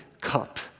cup